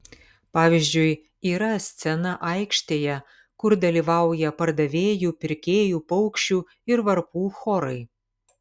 pavyzdžiui yra scena aikštėje kur dalyvauja pardavėjų pirkėjų paukščių ir varpų chorai